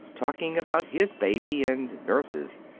talking about his baby and nurses.